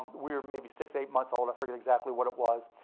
we were maybe six, eight months old, i forget exactly what it was.